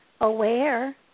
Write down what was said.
aware